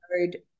code